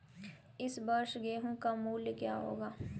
इस वर्ष गेहूँ का मूल्य क्या रहेगा?